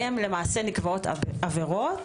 בסעיפים אלה נקבעות עבירות.